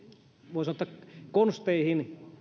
voi sanoa konsteihin